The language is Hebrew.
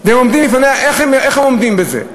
והם עומדים לפניה, איך הם עומדים בזה?